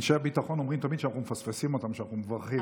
אנשי הביטחון אומרים תמיד שאנחנו מפספסים אותם כשאנחנו מברכים.